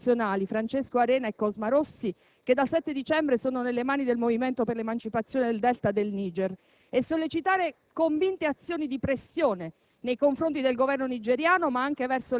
Vorrei a questo proposito ricordare i nostri due connazionali, Francesco Arena e Cosma Russo, che dal 7 dicembre sono nelle mani del movimento per l'emancipazione del delta del Niger, e sollecitare convinte azioni di pressione